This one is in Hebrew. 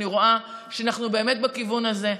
ואני רואה שאנחנו באמת בכיוון הזה.